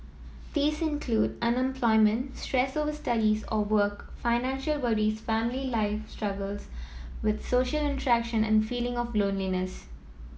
these include unemployment stress over studies or work financial worries family life struggles with social interaction and feeling of loneliness